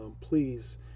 please